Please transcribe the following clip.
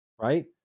right